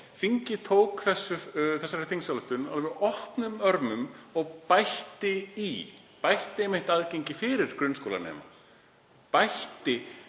þingið tók þessari þingsályktunartillögu opnum örmum og bætti í, bætti einmitt aðgengi fyrir grunnskólanema, jók